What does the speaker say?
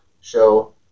show